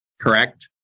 correct